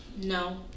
No